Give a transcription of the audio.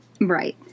right